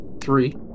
three